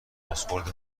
بازخورد